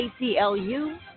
ACLU